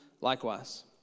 likewise